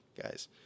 guys